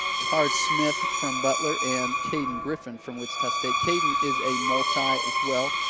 tard smith from butler and caden griffin from wichita state. kaden is a multias well.